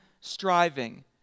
striving